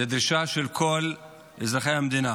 זו דרישה של כל אזרחי המדינה,